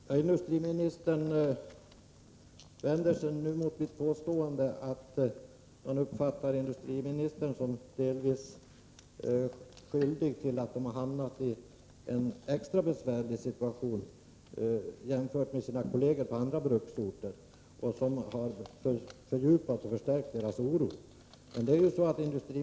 Herr talman! Industriministern vänder sig nu mot mitt påstående att de anställda uppfattar industriministern som delvis skyldig till att de hamnat i en extra besvärlig situation jämfört med sina kolleger på andra bruksorter, vilket fördjupat och förstärkt deras oro.